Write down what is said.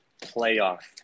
playoff